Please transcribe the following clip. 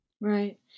Right